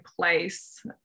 place